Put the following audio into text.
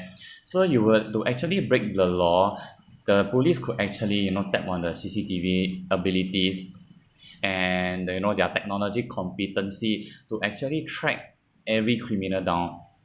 so you were to actually break the law the police could actually you know tap on the C_C_T_V abilities and the you know their technology competency to actually track every criminal down